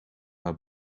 haar